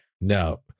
No